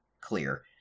clear